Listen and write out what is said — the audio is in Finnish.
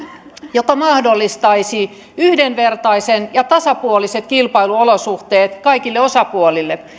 joka mahdollistaisi yhdenvertaiset ja tasapuoliset kilpailuolosuhteet kaikille osapuolille